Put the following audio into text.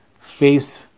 face